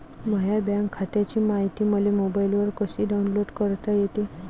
माह्या बँक खात्याची मायती मले मोबाईलवर कसी डाऊनलोड करता येते?